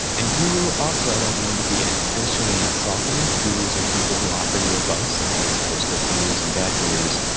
and guru also i don't mean to be intentionally insulting. gurus are people who offer you advice, and i could say there's good gurus and bad gurus.